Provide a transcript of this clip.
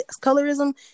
Colorism